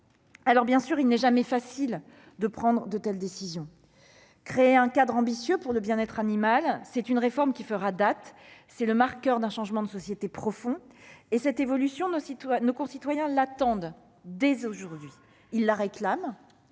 au rendez-vous. Il n'est jamais facile de prendre de telles décisions. Créer un cadre ambitieux pour le bien-être animal est une réforme qui fera date ; c'est le marqueur d'un changement de société profond. Cette évolution, nos concitoyens l'attendent dès aujourd'hui. Ils la réclament.